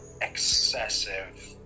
excessive